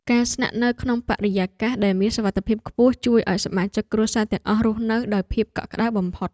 ការស្នាក់នៅក្នុងបរិយាកាសដែលមានសុវត្ថិភាពខ្ពស់ជួយឱ្យសមាជិកគ្រួសារទាំងអស់រស់នៅដោយភាពកក់ក្តៅបំផុត។